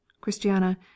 christiana